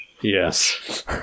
Yes